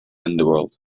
underworld